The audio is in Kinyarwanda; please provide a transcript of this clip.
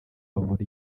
bavura